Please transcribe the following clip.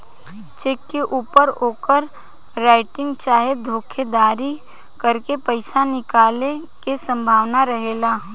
check के ऊपर overwriting चाहे धोखाधरी करके पईसा निकाले के संभावना रहेला